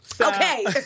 Okay